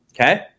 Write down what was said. Okay